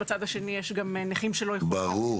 ובצד השני יש גם נכים שלא יכולים להיכנס